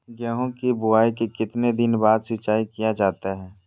गेंहू की बोआई के कितने दिन बाद सिंचाई किया जाता है?